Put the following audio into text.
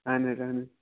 اَہَن حظ اَہَن حظ